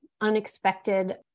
unexpected